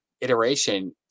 iteration